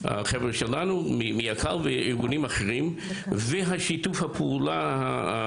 החבר'ה שלנו מיחידת הכלבנים וארגונים אחרים ואת שיתוף הפעולה.